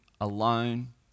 alone